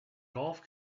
golf